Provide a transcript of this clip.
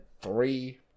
three